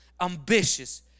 ambitious